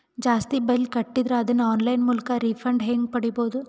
ಜಾಸ್ತಿ ಬಿಲ್ ಕಟ್ಟಿದರ ಅದನ್ನ ಆನ್ಲೈನ್ ಮೂಲಕ ರಿಫಂಡ ಹೆಂಗ್ ಪಡಿಬಹುದು?